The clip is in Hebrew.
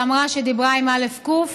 שאמרה שדיברה עם א"ק.